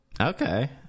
Okay